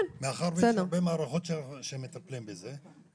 מאחר ויש הרבה מערכות שמטפלות בזה,